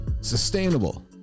sustainable